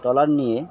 trawler নিয়ে